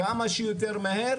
כמה שיותר מהר,